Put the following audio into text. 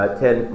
ten